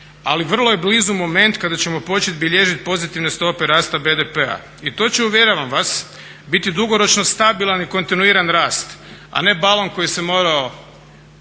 ali vrlo je blizu moment kada ćemo početi bilježiti pozitivne stope rasta BDP-a i to će uvjeravam vas, biti dugoročno stabilan i kontinuiran rast, a ne balon koji se morao